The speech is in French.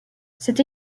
cette